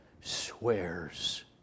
swears